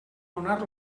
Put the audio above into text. donar